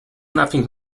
nothing